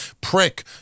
prick